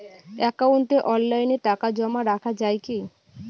একাউন্টে অনলাইনে টাকা জমা রাখা য়ায় কি?